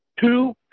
two